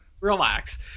Relax